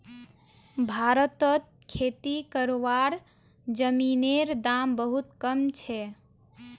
भारतत खेती करवार जमीनेर दाम बहुत कम छे